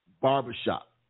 barbershop